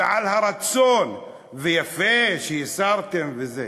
ועל הרצון, ויפה שהסרתם וזה,